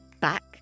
back